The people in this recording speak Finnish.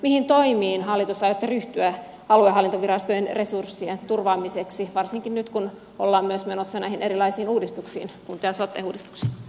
mihin toimiin hallitus aikoo ryhtyä aluehallintovirastojen resurssien turvaamiseksi varsikin nyt kun ollaan menossa myös näihin erilaisiin uudistuksiin kunta ja sote uudistuksiin